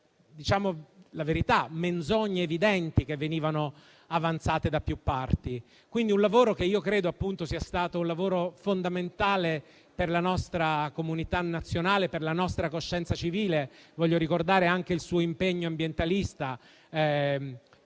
scuse e alle menzogne evidenti che venivano avanzate da più parti. Quindi, credo che il suo sia stato un lavoro fondamentale per la nostra comunità nazionale e per la nostra coscienza civile. Voglio ricordare anche il suo impegno ambientalista.